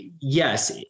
yes